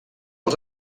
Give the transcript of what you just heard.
els